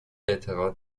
اعتقاد